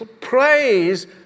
praise